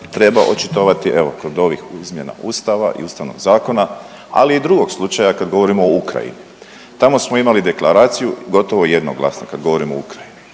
treba očitovati evo kod ovih izmjena ustava i ustavnog zakona, ali i drugog slučaja kad govorimo o Ukrajini. Tamo smo imali deklaraciju gotovo jednoglasno kad govorimo o Ukrajini,